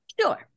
sure